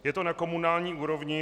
Je to na komunální úrovni.